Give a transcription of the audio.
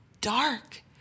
dark